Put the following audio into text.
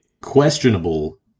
questionable